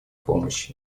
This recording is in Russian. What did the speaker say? помощи